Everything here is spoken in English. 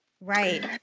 Right